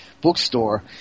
bookstore